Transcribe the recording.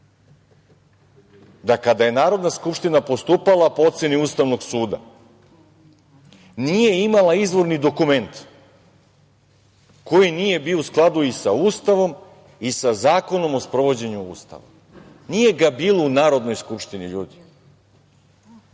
da kada je Narodna skupština postupala po oceni Ustavnog suda nije imala izvorni dokument koji nije bio u skladu i sa Ustavom i sa Zakonom o sprovođenju Ustava? Nije ga bilo u Narodnoj skupštini,